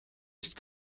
есть